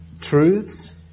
truths